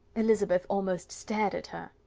elizabeth almost stared at her.